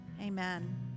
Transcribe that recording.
Amen